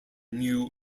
new